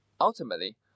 Ultimately